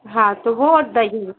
हाँ तो वह और दही